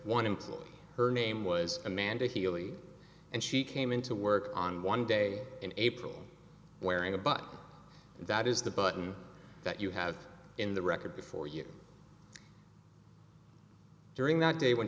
employee her name was amanda healey and she came into work on one day in april wearing a button that is the button that you have in the record before you during that day when